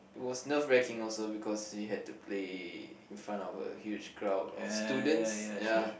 was nerve wreaking also because we had to play in front of a huge crowd of students ya